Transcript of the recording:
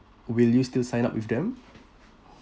will you still sign up with them